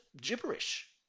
gibberish